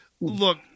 look